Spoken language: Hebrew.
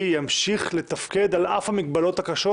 ימשיך לתפקד על אף המגבלות הקשות,